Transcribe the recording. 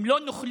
הם לא נוכלים,